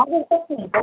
हजुर कस्तो हुनुहुन्छ